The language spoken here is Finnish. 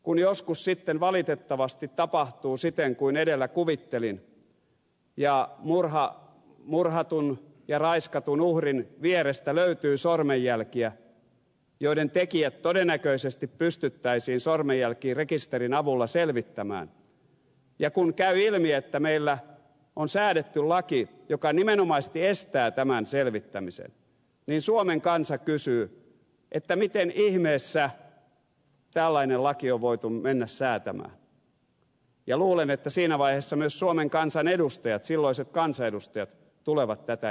kun joskus sitten valitettavasti tapahtuu siten kuin edellä kuvittelin ja murhatun ja raiskatun uhrin vierestä löytyy sormenjälkiä joiden tekijät todennäköisesti pystyttäisiin sormenjälkirekisterin avulla selvittämään ja kun käy ilmi että meillä on säädetty laki joka nimenomaisesti estää tämän selvittämisen niin suomen kansa kysyy miten ihmeessä tällainen laki on voitu mennä säätämään ja luulen että siinä vaiheessa myös suomen kansan edustajat silloiset kansanedustajat tulevat tätä ihmettelemään